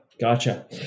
Gotcha